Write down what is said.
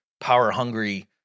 power-hungry